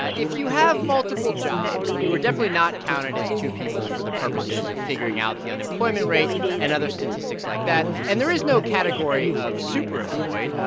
ah if you have multiple jobs, you are definitely not counted as two people for the purposes of figuring out the unemployment rate and other statistics like that. and there is no category of super-employed.